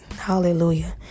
Hallelujah